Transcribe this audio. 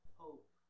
hope